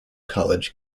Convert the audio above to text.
college